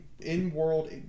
in-world